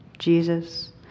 Jesus